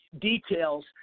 details